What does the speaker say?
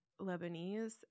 Lebanese